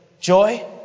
Joy